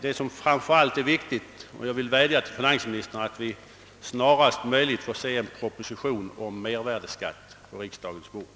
Det viktigaste är — och nu vädjar jag till finansministern — att vi snarast möjligt får se en proposition om mervärdeskatt på riksdagens bord.